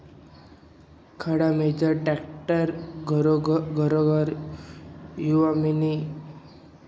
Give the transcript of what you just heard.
खेडामझार ट्रॅक्टर घरेघर येवामुये खयामझारला बैलेस्न्या जोड्या आणि खुटा गायब व्हयी गयात